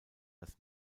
das